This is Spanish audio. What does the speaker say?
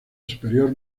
superior